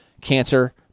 cancer